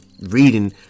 reading